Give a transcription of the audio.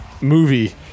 movie